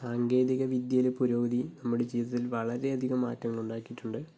സാങ്കേതിക വിദ്യയിലെ പുരോഗതി നമ്മുടെ ജീവിതത്തിൽ വളരെ അധികം മാറ്റങ്ങൾ ഉണ്ടാക്കിട്ടുണ്ട്